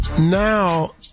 Now